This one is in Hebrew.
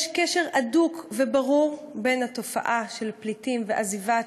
יש קשר הדוק וברור בין התופעה של פליטים ועזיבת